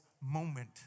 moment